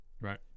Right